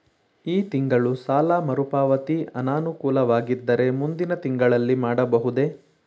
ಈ ತಿಂಗಳು ಸಾಲ ಮರುಪಾವತಿ ಅನಾನುಕೂಲವಾಗಿದ್ದರೆ ಮುಂದಿನ ತಿಂಗಳಲ್ಲಿ ಮಾಡಬಹುದೇ?